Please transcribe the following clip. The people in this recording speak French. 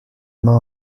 main